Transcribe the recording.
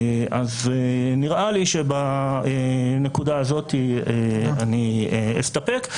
אז נראה לי שבנקודה הזאת אני אסתפק,